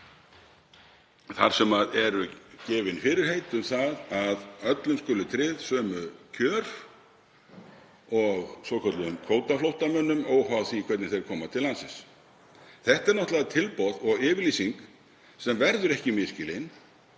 þar sem gefin eru fyrirheit um að öllum skuli tryggð sömu kjör og svokölluðum kvótaflóttamönnum, óháð því hvernig þeir koma til landsins. Þetta er náttúrlega tilboð og yfirlýsing sem verður ekki misskilin